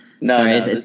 no